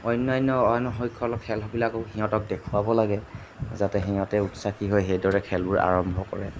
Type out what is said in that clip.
অনান্য অইন খেলবিলাকো সিহঁতক দেখুৱাব লাগে যাতে সিহঁতেও উৎসাহী হয় সেইদৰে খেলবোৰ আৰম্ভ কৰে